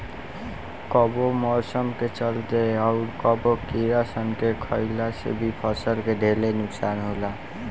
कबो मौसम के चलते, अउर कबो कीड़ा सन के खईला से भी फसल के ढेरे नुकसान होला